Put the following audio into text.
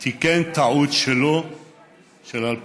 תיקן טעות שלו מ-2003.